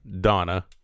Donna